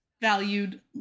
valued